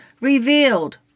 revealed